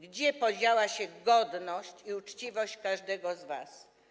Gdzie podziała się godność, uczciwość każdego z was?